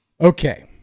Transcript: Okay